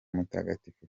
mutagatifu